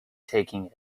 taking